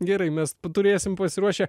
gerai mes turėsim pasiruošę